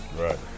right